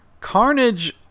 Carnage